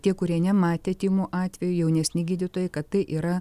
tie kurie nematė tymų atvejų jaunesni gydytojai kad tai yra